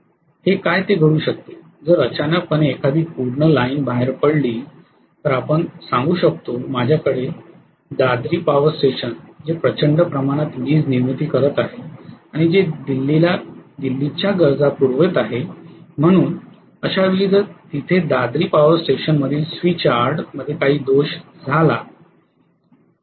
हे काय ते घडू शकतेजर अचानक पणे एखादी पूर्ण लाईन बाहेर पडली तर आपण सांगू शकतो माझ्याकडे दादरीपॉवर स्टेशन जे प्रचंड प्रमाणात वीज निर्मिती करत आहे आणि जे दिल्लीच्या गरजा पुरवीत आहे म्हणून अशावेळी जर तिथे दादरी पॉवर स्टेशन मधील स्विच यार्ड मध्ये काही दोष झाला